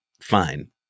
fine